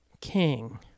King